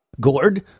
Gord